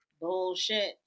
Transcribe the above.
Bullshit